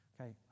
Okay